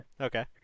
Okay